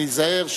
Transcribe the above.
ניזהר,